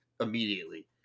immediately